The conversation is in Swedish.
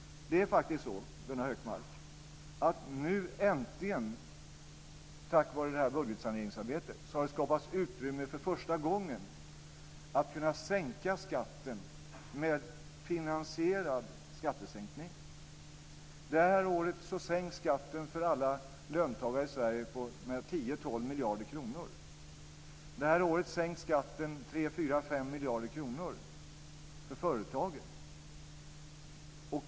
Det är faktiskt så, Gunnar Hökmark, att det nu äntligen, tack vare det här budgetsaneringsarbetet, för första gången har skapats utrymme för att sänka skatten genom en finansierad skattesänkning. Det här året sänks skatten för alla löntagare i Sverige med 10-12 miljarder kronor. Det här året sänks skatten för företagen med 3, 4, 5 miljarder kronor.